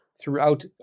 throughout